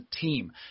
team